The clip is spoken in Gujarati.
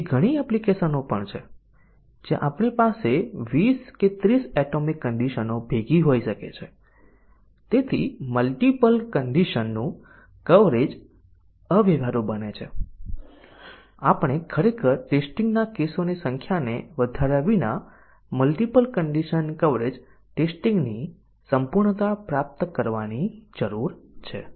હવે આપણે બીજું ઉદાહરણ જોઈએ અને આપણે પહેલેથી જ જોયું હતું કે કન્ડિશન ડીસીઝન કવરેજ એ સુનિશ્ચિત કરે છે કે ટેસ્ટીંગ ના કેસો એટોમિક કન્ડિશન ના મૂલ્યાંકનને સાચા અને ખોટા સુયોજિત કરે છે